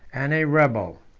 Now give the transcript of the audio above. and a rebel.